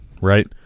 right